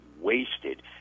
wasted